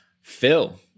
Phil